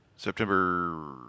September